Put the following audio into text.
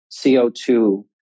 CO2